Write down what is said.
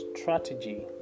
strategy